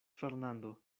fernando